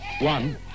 One